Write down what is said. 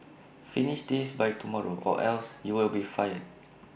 finish this by tomorrow or else you'll be fired